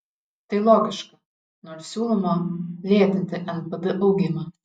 tai logiška nors siūloma lėtinti npd augimą